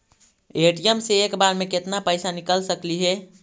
ATM से एक बार मे केत्ना पैसा निकल सकली हे?